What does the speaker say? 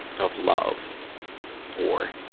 of love or,